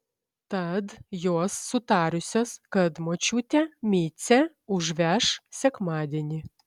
tad jos sutarusios kad močiutė micę užveš sekmadienį